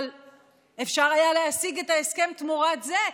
אבל אפשר היה להשיג את ההסכם תמורת זה,